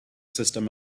system